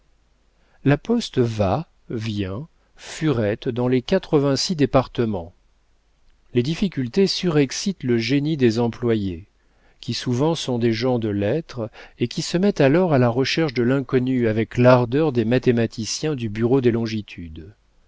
la poste va vient furette dans les quatre-vingt-six départements les difficultés surexcitent le génie des employés qui souvent sont des gens de lettres et qui se mettent alors à la recherche de l'inconnu avec l'ardeur des mathématiciens du bureau des longitudes